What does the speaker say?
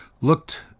looked